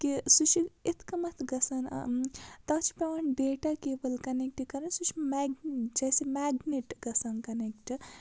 کہِ سُہ چھُ اِتھ کَمَتھ گَژھان تَتھ چھُ پٮ۪وان ڈیٚٹا کیبٕل کَنٮ۪کٹ کَرٕنۍ سُہ چھُ مٮ۪گ جیسے مٮ۪گنٮ۪ٹ گَژھان کَنٮ۪کٹ